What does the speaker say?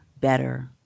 better